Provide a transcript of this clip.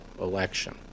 election